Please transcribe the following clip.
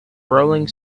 rolling